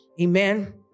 Amen